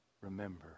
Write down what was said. remember